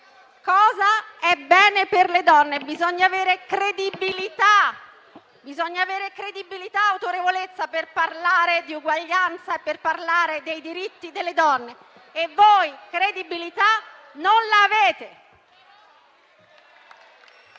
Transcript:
cosa è bene per le donne. Bisogna avere credibilità e autorevolezza per parlare di uguaglianza e per parlare dei diritti delle donne. E voi credibilità non l'avete.